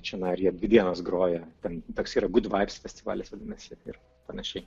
čionai ir jie dvi dienas groja ten toks yra gud vaifs festivalis vadinasi ir panašiai